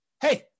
hey